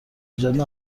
ایجاد